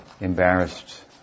embarrassed